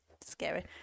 scary